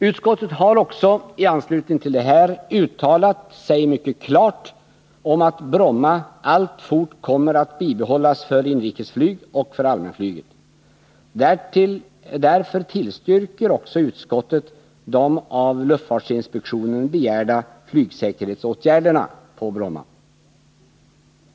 Utskottet har också uttalat sig mycket klart om att Bromma alltfort kommer att bibehållas för inrikesflyg och för allmänflyget. Därför tillstyrker också utskottet de av luftfartsinspektionen begärda flygsäkerhetsåtgärderna på Bromma.